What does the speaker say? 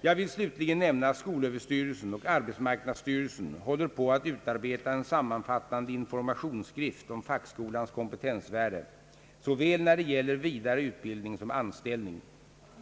Jag vill slutligen nämna att skolöverstyrelsen och arbetsmarknadsstyrelsen håller på att utarbeta en sammanfattande informationsskrift om fackskolans kompetensvärde såväl när det gäller vidare utbildning som anställning.